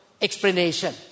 explanation